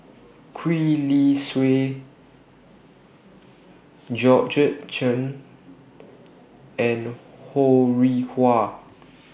Gwee Li Sui Georgette Chen and Ho Rih Hwa